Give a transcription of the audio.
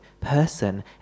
person